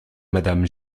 madame